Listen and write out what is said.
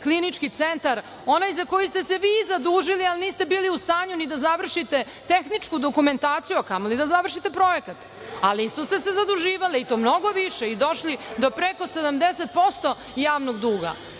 Klinički centar, onaj za koji ste se vi zadužili, ali niste bili u stanju ni da završite tehničku dokumentaciju, a kamoli da završite projekat, ali isto ste se zaduživali i to mnogo više i došli do preko 70% javnog duga.